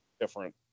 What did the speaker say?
different